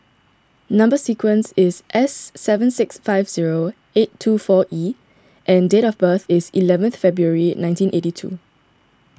Number Sequence is S seven six five zero eight two four E and date of birth is eleventh February nineteen eighty two